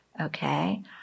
okay